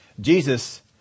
Jesus